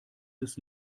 des